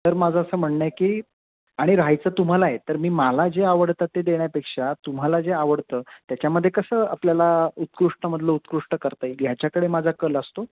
तर माझं असं म्हणणं आहे की आणि राहायचं तुम्हाला आहे तर मी माला जे आवडतं ते देण्यापेक्षा तुम्हाला जे आवडतं त्याच्यामध्ये कसं आपल्याला उत्कृष्टमधलं उत्कृष्ट करता येईल ह्याच्याकडे माझा कल असतो